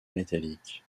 métallique